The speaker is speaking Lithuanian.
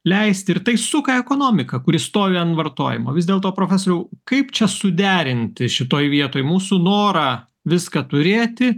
leisti ir tai suka ekonomiką kuri stovi ant vartojimo vis dėlto profesoriau kaip čia suderinti šitoj vietoj mūsų norą viską turėti